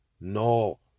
No